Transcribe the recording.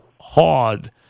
hard